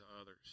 others